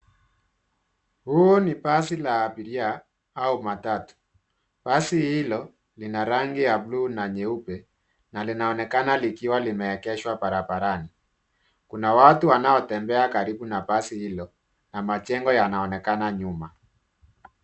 Huu ni basi la abiria au matatu basi hilo lina rangi ya blue na nyeupe na lina onekana likiwa limeegeshwa barabarani kuna watu wanaotembea karibu na basi hilo na Majengo yanaonekana nyuma.